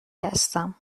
هستم